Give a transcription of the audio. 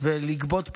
ולגבות פרוטקשן,